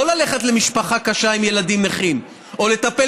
לא ללכת למשפחה קשה עם ילדים נכים או לטפל